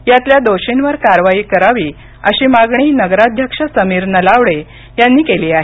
यातल्या दोषींवर कारवाई करावी अशी मागणी नगराध्यक्ष समीर नलावडे यांनी केली आहे